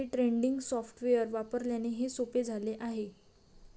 day trading software वापरल्याने हे सोपे झाले आहे